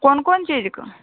कोन कोन चीजके